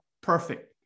perfect